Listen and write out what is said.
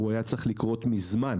הוא היה צריך לקרות מזמן.